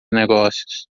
negócios